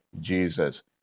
Jesus